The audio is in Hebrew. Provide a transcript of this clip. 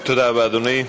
תודה רבה, אדוני.